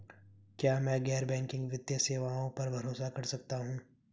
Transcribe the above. क्या मैं गैर बैंकिंग वित्तीय सेवाओं पर भरोसा कर सकता हूं?